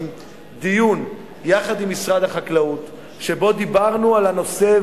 מספר דיון עם משרד החקלאות שבו דיברנו על הנושא,